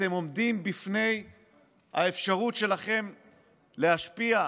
אתם עומדים בפעם הראשונה בפני האפשרות שלכם להשפיע,